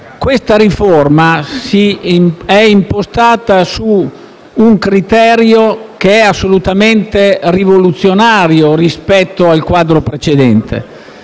esame è impostata su un criterio assolutamente rivoluzionario rispetto al quadro precedente.